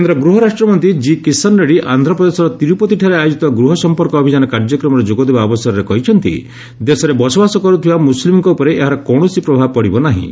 କେନ୍ଦ୍ର ଗୃହ ରାଷ୍ଟ୍ରମନ୍ତ୍ରୀ ଜି କିଶନ୍ ରେଡ୍ରୀ ଆନ୍ଧ୍ରପ୍ରଦେଶର ତିରୁପତିଠାରେ ଆୟୋଜିତ ଗୃହ ସମ୍ପର୍କ ଅଭିଯାନ କାର୍ଯ୍ୟକ୍ରମରେ ଯୋଗ ଦେବା ଅବସରରେ କହିଛନ୍ତି ଦେଶରେ ବସବାସ କରୁଥିବା ମୁସଲିମ୍ଙ୍କ ଉପରେ ଏହାର କୌଣସି ପ୍ରଭାବ ପଡ଼ିବ ନାହିଁ